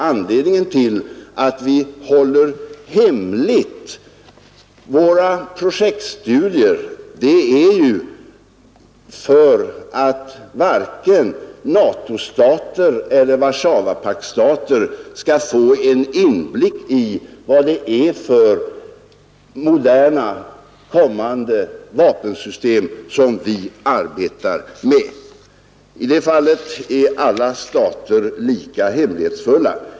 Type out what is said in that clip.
Anledningen till att vi håller våra projektstudier hemliga är att varken NATO-stater eller Warszawapaktsstater skall få någon inblick i vad det är för moderna kommande vapensystem som vi arbetar med. I det fallet är alla stater lika hemlighetsfulla.